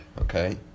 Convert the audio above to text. okay